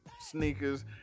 sneakers